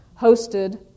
hosted